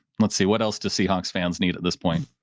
let's see, what else does sea hawks fans need at this point?